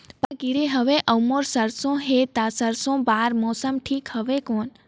पाला गिरे हवय अउर मोर सरसो हे ता सरसो बार मौसम ठीक हवे कौन?